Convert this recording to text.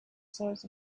sort